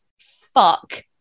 fuck